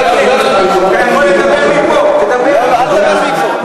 הוא כבר השתכנע בסוף הדקה השלישית,